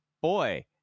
boy